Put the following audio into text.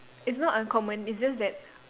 it's not uncommon it's just that